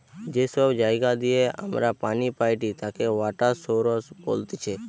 যে সব জায়গা দিয়ে আমরা পানি পাইটি তাকে ওয়াটার সৌরস বলতিছে